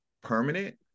permanent